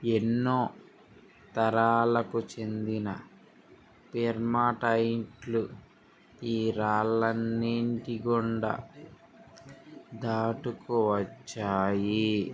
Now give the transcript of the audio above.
ఎన్నో తరాలకు చెందిన పిర్మాటైట్లు ఈ రాళ్ళన్నింటి గుండా దాటుకువచ్చాయి